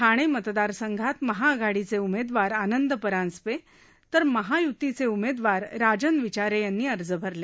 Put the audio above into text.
ठाणे मतदारसंघात महाआघाडीचे उमेदवार आनंद परांजपे तर महायुतीचे उमेदवार राजन विचारे यांनी अर्ज भरले